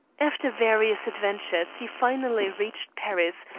after various adventures he finally reached paris,